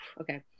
okay